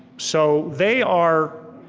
so they are,